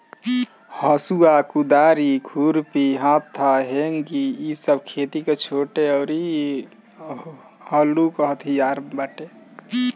हसुआ, कुदारी, खुरपी, हत्था, हेंगी इ सब खेती के छोट अउरी हलुक हथियार बाटे